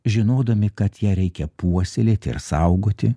žinodami kad ją reikia puoselėti ir saugoti